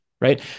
right